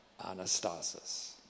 Anastasis